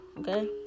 okay